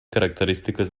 característiques